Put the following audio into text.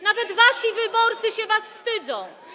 Nawet wasi wyborcy się was wstydzą.